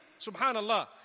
subhanallah